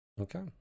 Okay